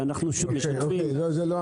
ואנחנו שוב משתפים את --- זה לא הנושא.